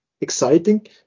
exciting